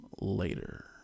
later